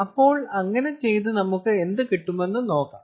അപ്പോൾ അങ്ങനെ ചെയ്ത് നമുക്ക് എന്ത് കിട്ടുമെന്ന് നോക്കാം